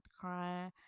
cry